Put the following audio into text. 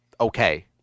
okay